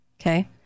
Okay